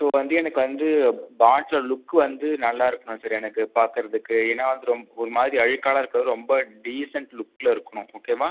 so வந்து எனக்கு வந்து பாட்டில் லுக் வந்து நல்லாயிருக்கணும் சார் எனக்கு பார்க்கிறதுக்கு ஏன்னால் ரொம்ப ஒருமாதிரி அழுக்கெலாம் இருக்கிறது ரொம்ப டீசண்ட் லுக்கில் இருக்கணும் ஓகேவா